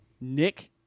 Nick